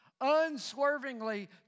Unswervingly